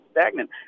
stagnant